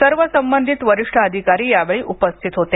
सर्व संबंधित वरिष्ठ अधिकारी यावेळी उपस्थित होते